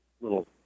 little